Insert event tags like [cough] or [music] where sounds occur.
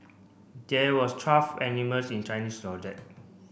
there was twelve animals in Chinese [unintelligible]